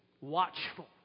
watchful